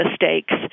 mistakes